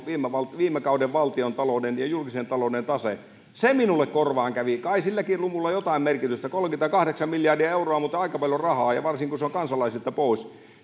viime viime kauden valtiontalouden ja julkisen talouden taseenne se minulle korvaan kävi kai silläkin luvulla jotain merkitystä on kolmekymmentäkahdeksan miljardia euroa on muuten aika paljon rahaa ja varsinkin kun se on kansalaisilta pois